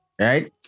Right